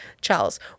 Charles